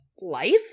life